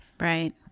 right